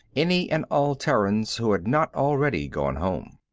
any and all terrans who had not already gone home.